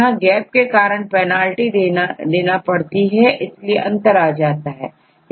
यहां गैप के कारण पेनाल्टी देना पड़ती है इसलिए अंतर आ जाता है